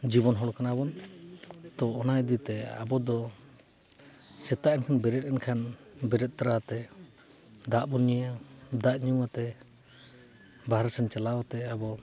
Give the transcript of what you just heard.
ᱡᱤᱵᱚᱱ ᱦᱚᱲ ᱠᱟᱱᱟ ᱵᱚᱱ ᱛᱚ ᱚᱱᱟ ᱤᱫᱤ ᱛᱮ ᱟᱵᱚ ᱫᱚ ᱥᱮᱛᱟᱜ ᱨᱮᱵᱚᱱ ᱵᱮᱨᱮᱫ ᱮᱱᱠᱷᱟᱱ ᱵᱮᱨᱮᱫ ᱫᱟᱨᱟ ᱛᱮ ᱫᱟᱜ ᱵᱚᱱ ᱧᱩᱭᱟ ᱫᱟᱜ ᱧᱩ ᱠᱟᱛᱮᱫ ᱵᱟᱦᱨᱮ ᱥᱮᱱ ᱪᱟᱞᱟᱜ ᱠᱟᱛᱮᱫ ᱟᱵᱚ